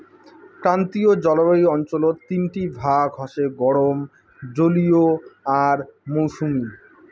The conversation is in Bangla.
ক্রান্তীয় জলবায়ু অঞ্চলত তিনটি ভাগ হসে গরম, জলীয় আর মৌসুমী